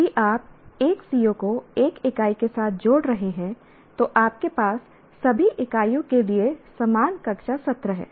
यदि आप एक CO को एक इकाई के साथ जोड़ रहे हैं तो आपके पास सभी इकाइयों के लिए समान कक्षा सत्र हैं